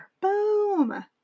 Boom